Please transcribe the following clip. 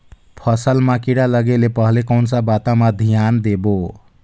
फसल मां किड़ा लगे ले पहले कोन सा बाता मां धियान देबो?